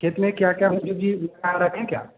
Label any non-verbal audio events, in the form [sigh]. खेत में क्या क्या मतलब जो [unintelligible] हैं क्या